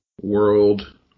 world